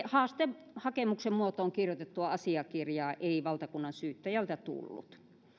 haastehakemuksen muotoon kirjoitettua asiakirjaa ei valtakunnansyyttäjältä tullut